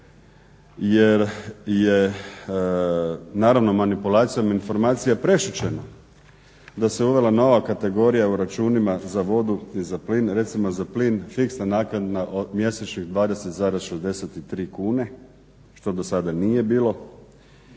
jer je naravno manipulacijom informacija prešućeno da se uvela nova kategorija u računima za vodu i za plin. Recimo za plin fiksna naknada od mjesečnih 20,63 kune, što do sada nije bilo,